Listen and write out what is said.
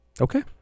Okay